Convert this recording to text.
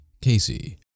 Casey